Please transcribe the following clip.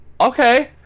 okay